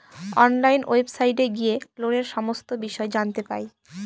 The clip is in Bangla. অনলাইন ওয়েবসাইটে গিয়ে লোনের সমস্ত বিষয় জানতে পাই